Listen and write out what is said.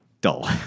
dull